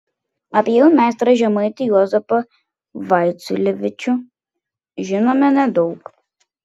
apie jų meistrą žemaitį juozapą vaiciulevičių žinome nedaug